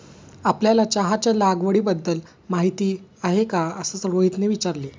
आपल्याला चहाच्या लागवडीबद्दल माहीती आहे का असे रोहितने विचारले?